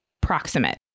proximate